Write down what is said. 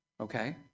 okay